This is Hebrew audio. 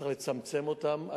וצריך לצמצם אותן.